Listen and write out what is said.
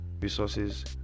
resources